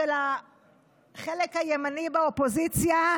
של החלק הימני באופוזיציה,